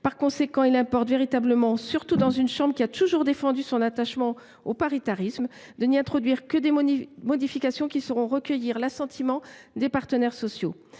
Par conséquent, il importe véritablement, surtout dans une chambre qui a toujours défendu son attachement au paritarisme, de n’y introduire que des modifications qui sauront recueillir l’assentiment des partenaires sociaux.